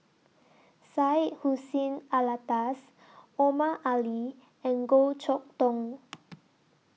Syed Hussein Alatas Omar Ali and Goh Chok Tong